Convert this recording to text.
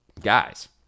guys